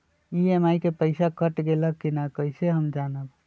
EMI के पईसा cut गेलक कि ना कइसे हम जानब?